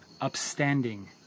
upstanding